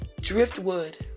Driftwood